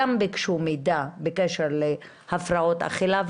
גם הן ביקשו מידע בקשר להפרעות אכילה.